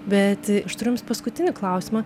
bet aš turiu jums paskutinį klausimą